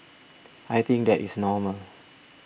I think that is normal